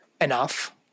enough